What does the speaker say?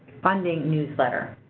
funding newsletter.